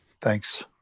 thanks